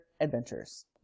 adventures